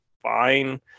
fine